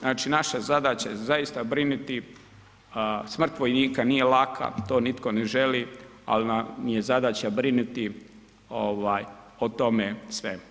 Znači naša zadaća je zaista briniti, smrt vojnika nije laka, to nitko ne želi, ali zadaća je briniti o tome svemu.